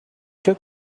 took